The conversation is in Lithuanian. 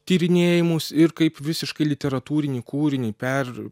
tyrinėjimus ir kaip visiškai literatūrinį kūrinį per